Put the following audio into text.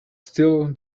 still